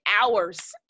hours